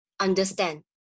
understand